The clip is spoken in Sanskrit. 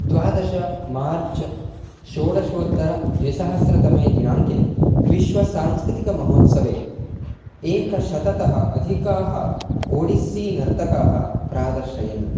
द्वादश मार्च् षोडशोत्तरद्विसहस्रतमे दिनाङ्के विश्वसांस्कृतिकमहोत्सवे एकशततः अधिकाः ओडिस्सी नर्तकाः प्रादर्शयन्